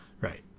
Right